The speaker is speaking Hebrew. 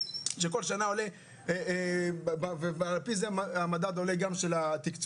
שכל שנה עולה ועל פי זה עולה גם המדד של התקצוב,